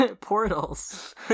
portals